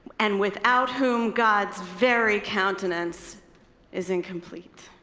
and without whom, god's very countenance is incomplete.